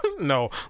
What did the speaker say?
No